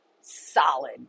solid